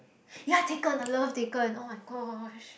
ya Taken I love Taken [oh]-my-gosh